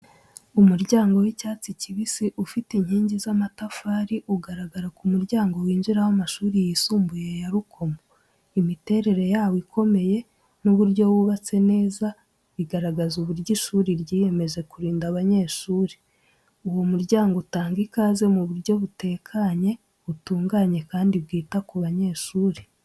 Umuryango w’icyatsi kibisi, ufite inkingi z’amatafari ugaragara ku muryango winjira w'amashuri yisumbuye ya Rukomo. Imiterere yawo ikomeye n’uburyo wubatswe neza bigaragaza uburyo ishuri ryiyemeje kurinda abanyeshuri. Uwo muryango utanga ikaze mu buryo butekanye, butunganye kandi bwita ku banyeshuri.